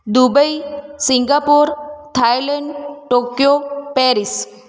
Dubai Singapore Thailand Tokyo Paris